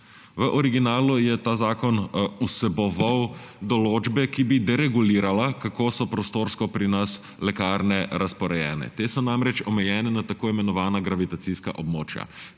V originalu je ta zakon vseboval določbe, ki bi deregulirale, kako so prostorsko pri nas lekarne razporejene. Te so namreč omejene na tako imenovana gravitacijska območja.